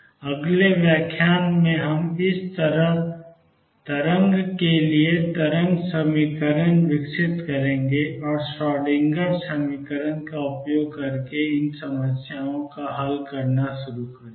अगले व्याख्यान में हम इस तरंग के लिए तरंग समीकरण विकसित करेंगे और श्रोडिंगर समीकरण का उपयोग करके समस्याओं को हल करना शुरू करेंगे